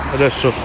adesso